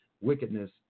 wickedness